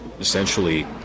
essentially